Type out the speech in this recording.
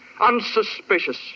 unsuspicious